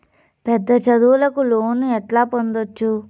పెద్ద చదువులకు లోను ఎట్లా పొందొచ్చు